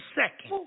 second